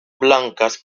blancas